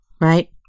right